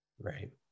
Right